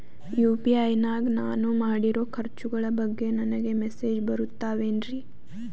UPI ನಾಗ ನಾನು ಮಾಡಿರೋ ಖರ್ಚುಗಳ ಬಗ್ಗೆ ನನಗೆ ಮೆಸೇಜ್ ಬರುತ್ತಾವೇನ್ರಿ?